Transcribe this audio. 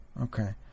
Okay